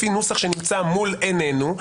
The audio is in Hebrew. לפי נוסח שנמצא מול עינינו.